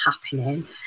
happening